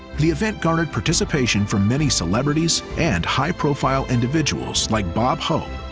the event garnered participation from many celebrities and high profile individuals like bob hope,